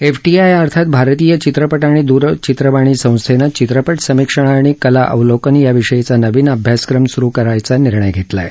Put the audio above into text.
FTI अर्थात भारतीय चित्रपट आणि दूरचित्रवाणी संस्थेने चित्रपट समीक्षण आणि कला अवलोकन या विषयीचा नवीन अभ्यासक्रम सुरू करणा चा निर्णय घेतला आहे